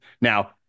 Now